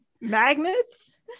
magnets